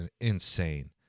insane